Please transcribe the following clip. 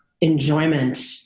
enjoyment